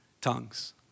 tongues